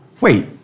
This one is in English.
wait